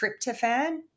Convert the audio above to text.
tryptophan